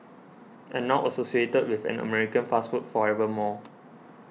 and now associated with an American fast food forever more